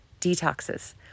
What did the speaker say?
detoxes